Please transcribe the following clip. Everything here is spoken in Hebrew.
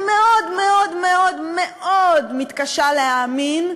אני מאוד מאוד מאוד מאוד מתקשה להאמין,